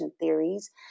theories